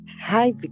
hi